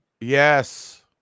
Yes